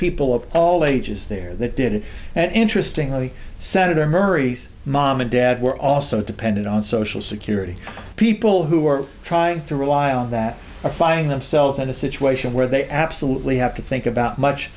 people of all ages there that did it interesting that the senator murray's mom and dad were also depended on social security people who are trying to rely on that are finding themselves in a situation where they absolutely have to think about much